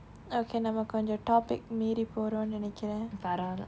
okay நம்ம கொஞ்சம்:namma koncham topic மீறி போகுறோம் நினைக்கிறேன:miri pokurom ninaikiren